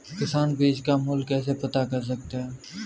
किसान बीज का मूल्य कैसे पता कर सकते हैं?